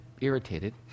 irritated